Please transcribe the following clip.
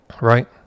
right